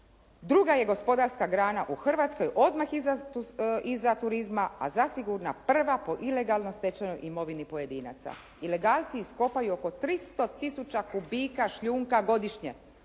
druga je gospodarska grana u Hrvatskoj odmah iza turizma, a zasigurno prva po ilegalno stečenoj imovini pojedinaca. Ilegalci iskopaju oko 300000 kubika šljunka godišnje.